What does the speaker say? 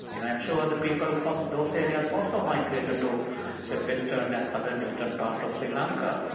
and i'm sure the people from those areas also migrated to the western and southern-western parts of sri lanka.